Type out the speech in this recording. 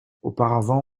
auparavant